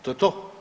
To je to.